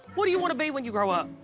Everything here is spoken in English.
what do you want to be when you grow up?